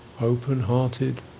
open-hearted